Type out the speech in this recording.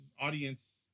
audience